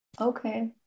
okay